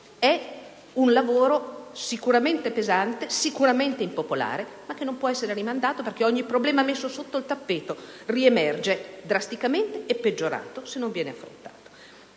di un lavoro sicuramente pesante e impopolare, ma che non può essere rimandato, perché ogni problema messo sotto il tappeto riemerge drasticamente - e peggiorato - se non viene affrontato.